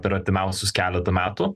per artimiausius keletą metų